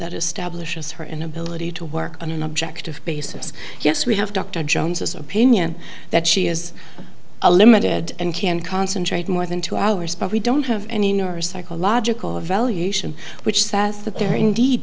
that establishes her inability to work on an objective basis yes we have dr jones's opinion that she is a limited and can concentrate more than two hours but we don't have any nurse psychological evaluation which says that there are indeed